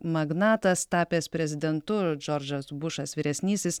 magnatas tapęs prezidentu džordžas bušas vyresnysis